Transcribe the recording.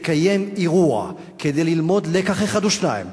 תקיים אירוע כדי ללמוד לקח אחד או שניים